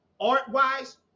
art-wise